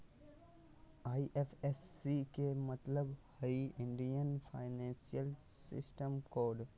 IFSC के मतलब हइ इंडियन फाइनेंशियल सिस्टम कोड